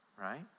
right